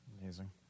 Amazing